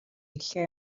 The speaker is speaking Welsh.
lle